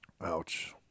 Ouch